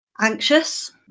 anxious